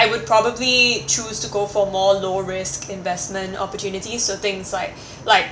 I would probably choose to go for more low risk investment opportunities so things like like